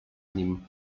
nim